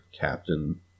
captain